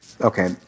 okay